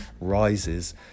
rises